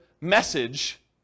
message